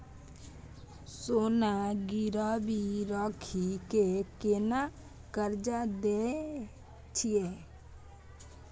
सोना गिरवी रखि के केना कर्जा दै छियै?